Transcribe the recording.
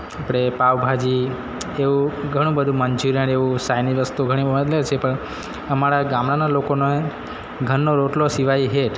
આપણે પાઉંભાજી એવું ઘણું બધું મન્ચુરિયન એવું સાઈનીસ વસ્તુ ઘણી મળે છે પણ અમારા ગામડાનાં લોકોને ઘરનો રોટલો સિવાય હેઠ